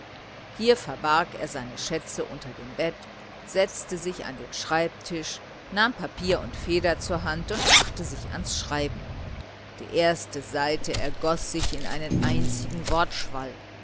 hier verbarg er seine schätze unter dem bett setzte sich an den schreibtisch nahm papier und feder zur hand und machte sich ans schreiben die erste seite ergoß sich in einen einzigen